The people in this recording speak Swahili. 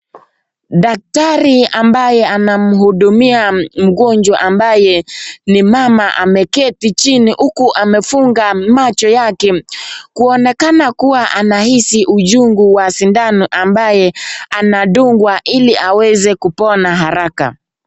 Daktari ambaye anamhudumia mgonjwa ambaye ni mama ameketi chini huku amefunga macho yake , kuonekana kuwa anahisi uchungu wa sindano ambayo anadungwa ili aweze kupona haraka.